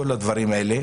כל הדברים האלה